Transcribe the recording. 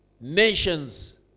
Nations